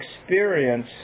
experience